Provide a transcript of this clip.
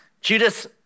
Judas